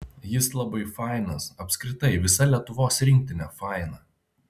jis labai fainas apskritai visa lietuvos rinktinė faina